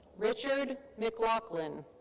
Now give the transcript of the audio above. richard mclaughlin.